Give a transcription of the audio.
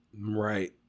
Right